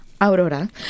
Aurora